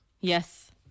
Yes